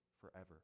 forever